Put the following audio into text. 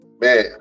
man